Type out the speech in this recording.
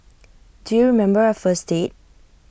do you member our first date